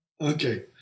Okay